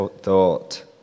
thought